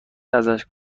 ازش